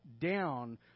down